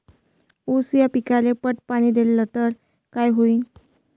ऊस या पिकाले पट पाणी देल्ल तर काय होईन?